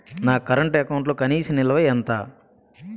నా కరెంట్ అకౌంట్లో కనీస నిల్వ ఎంత?